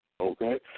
Okay